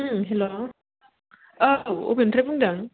उम हेल' औ अबेनिफ्राय बुंदो